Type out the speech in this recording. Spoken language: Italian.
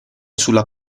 sulla